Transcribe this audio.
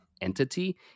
Entity